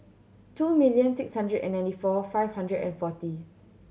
two million six hundred and ninety four five hundred and forty